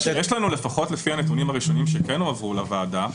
לפחות לפי הנתונים הראשונים שכן הועברו לוועדה